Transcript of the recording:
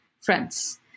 friends